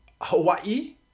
Hawaii